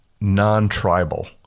non-tribal